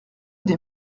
des